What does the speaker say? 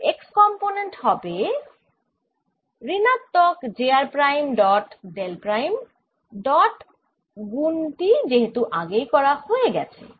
এর x component হবে ঋণাত্মক j r prime dot del prime dot গুন টি যেহেতু আগেই করা হয়ে গেছে